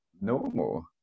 normal